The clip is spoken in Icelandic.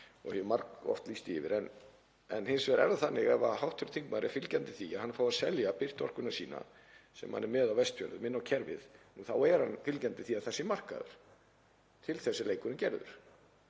hef margoft lýst því yfir. Hins vegar er það þannig að ef hv. þingmaður er fylgjandi því að hann fái að selja birtuorkuna sína sem hann er með á Vestfjörðum inn á kerfið þá er hann fylgjandi því að það sé markaður. Til þess er leikurinn gerður,